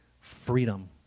freedom